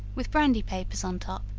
with brandy papers on top,